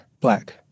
black